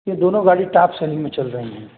यह दोनों गाड़ी टाप सेलिंग में चल रही है